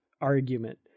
argument